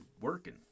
working